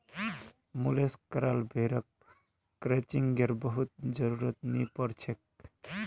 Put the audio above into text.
मुलेस कराल भेड़क क्रचिंगेर बहुत जरुरत नी पोर छेक